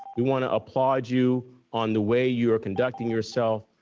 we want to applaud you on the way you are conducting yourself.